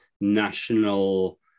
national